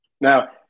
Now